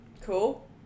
Cool